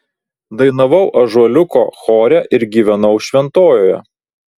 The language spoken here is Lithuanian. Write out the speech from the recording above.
dainavau ąžuoliuko chore ir gyvenau šventojoje